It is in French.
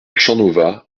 champnovaz